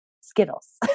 Skittles